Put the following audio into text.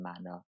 manner